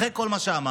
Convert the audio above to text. אחרי כל מה שאמרתי,